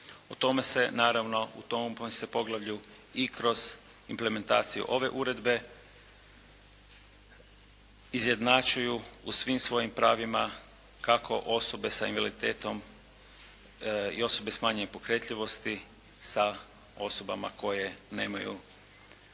u tom se poglavlju i kroz implementaciju ove uredbe izjednačuju u svim svojim pravima, kako osobe sa invaliditetom i osobe smanjive pokretljivosti sa osobama koje nemaju